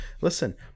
listen